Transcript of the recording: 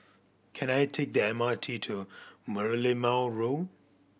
can I take the M R T to Merlimau Road